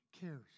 cares